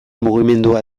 mugimendua